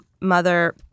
mother